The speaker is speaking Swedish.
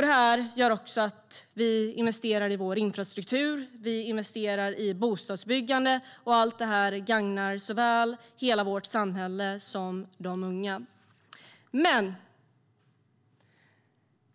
Det här leder också till att vi investerar i vår infrastruktur. Vi investerar i bostadsbyggande, och allt det gagnar såväl hela vårt samhälle som de unga.